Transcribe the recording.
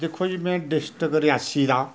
दिक्खो जी मैं डिस्ट्रिक रेआसी दा